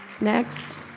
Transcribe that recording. Next